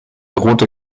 rote